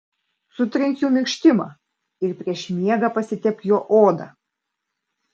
sutrink jų minkštimą ir prieš miegą pasitepk juo odą